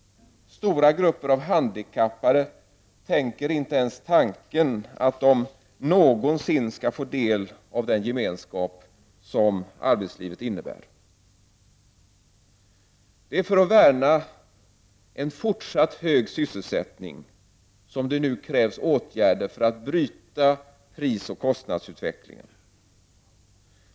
Stora grupper av handikappade tänker inte ens tanken att de någonsin skall få del av den gemenskap som arbetslivet innebär. Det är för att värna om en fortsatt hög sysselsättning som det nu krävs åtgärder för att bryta prisoch kostnadsutvecklingen.